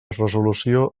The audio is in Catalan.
resolució